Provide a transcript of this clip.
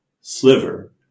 sliver